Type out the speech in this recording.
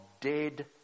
dead